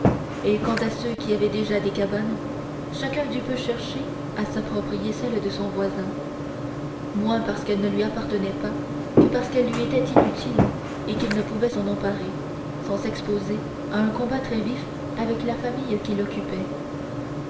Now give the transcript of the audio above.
et quant à ceux qui avaient déjà des cabanes chacun dut peu chercher à s'approprier celle de son voisin moins parce qu'elle ne lui appartenait pas que parce qu'elle lui était inutile et qu'il ne pouvait s'en emparer sans s'exposer à un combat très vif avec la famille qui l'occupait